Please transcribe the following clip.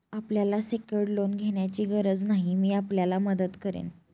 आपल्याला secured loan घेण्याची गरज नाही, मी आपल्याला मदत करेन